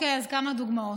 אז כמה דוגמאות: